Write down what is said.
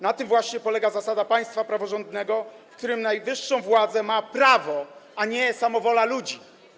Na tym właśnie polega zasada państwa praworządnego, w którym najwyższą władzę ma prawo, a nie samowola ludzi.